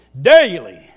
daily